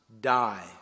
die